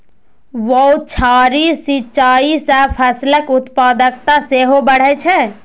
बौछारी सिंचाइ सं फसलक उत्पादकता सेहो बढ़ै छै